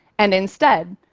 and instead,